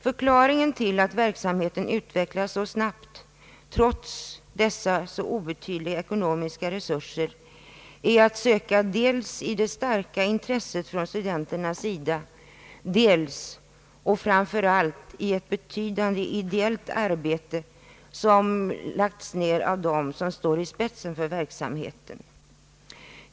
Förklaringen till att verksamheten utvecklas så snabbt trots dessa obetydliga ekonomiska resurser är att söka dels i det starka intresset från studenternas sida, dels — och framför allt — i ett betydande ideellt arbete som lagts ned av dem som står i spetsen för verksam heten.